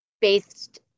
based